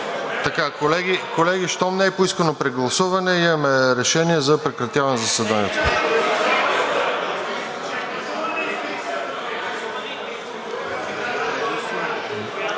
Колеги, щом не е поискано прегласуване, имаме решение за прекратяване на заседанието.